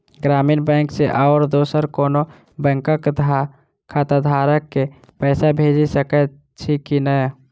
ग्रामीण बैंक सँ आओर दोसर कोनो बैंकक खाताधारक केँ पैसा भेजि सकैत छी की नै?